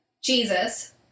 Jesus